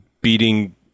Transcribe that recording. beating